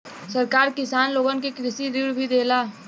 सरकार किसान लोगन के कृषि ऋण भी देला